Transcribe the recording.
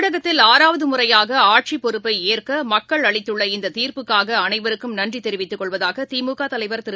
தமிழகத்தில் ஆறாவது முறையாக ஆட்சிப் பொறுப்பை ஏற்க மக்கள் அளித்துள்ள இந்த தீர்ப்புக்காக அளைவருக்கும் நன்றி தெரிவித்துக் கொள்வதாக திமுக தலைவர் திரு